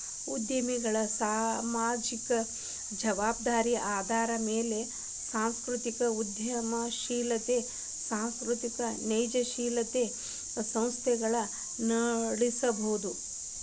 ಉದ್ಯಮಿಗಳ ಸಾಮಾಜಿಕ ಜವಾಬ್ದಾರಿ ಆಧಾರದ ಮ್ಯಾಲೆ ಸಾಂಸ್ಕೃತಿಕ ಉದ್ಯಮಶೇಲತೆ ಸಾಂಸ್ಕೃತಿಕ ಸೃಜನಶೇಲ ಸಂಸ್ಥೆನ ನಡಸಬೋದು